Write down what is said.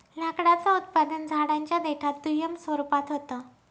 लाकडाचं उत्पादन झाडांच्या देठात दुय्यम स्वरूपात होत